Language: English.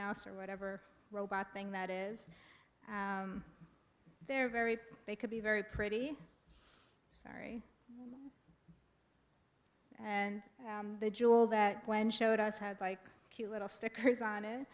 mouse or whatever robot thing that is they're very they could be very pretty sorry and the jewel that when showed us had like cute little stickers on it